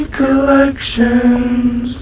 collections